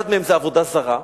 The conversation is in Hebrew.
אחד מהם זה עבודה זרה,